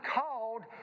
called